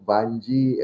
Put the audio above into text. Banji